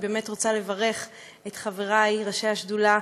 אני באמת רוצה לברך את חברי ראשי השדולה